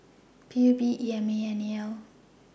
P U B E M A and N E L